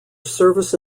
service